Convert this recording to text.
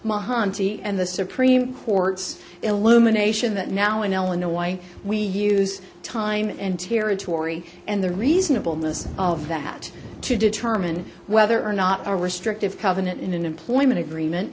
monte and the supreme court's illumination that now in illinois we use time and territory and the reasonable miss of that to determine whether or not a restrictive covenant in an employment agreement